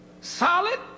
solid